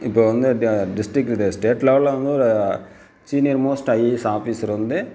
இப்போது வந்து டிஸ்ட்ரிக்ட் இது ஸ்டேட் லெவலில் வந்து ஒரு சீனியர் மோஸ்ட் ஐஏஎஸ் ஆஃபீஸ்ர் வந்து